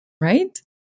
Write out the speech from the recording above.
right